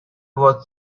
was